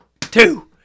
Two